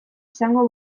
izango